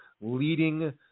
leading